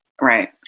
Right